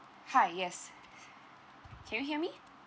hi yes can you hear me